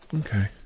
Okay